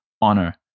honor